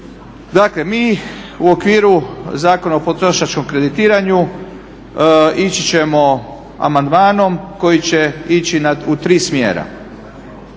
Dakle mi u okviru Zakona o potrošačkom kreditiranju ići ćemo amandmanom koji će ići u tri smjera.